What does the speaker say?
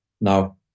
Now